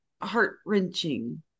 heart-wrenching